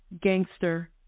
gangster